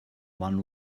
one